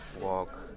walk